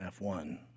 F1